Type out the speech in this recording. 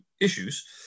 issues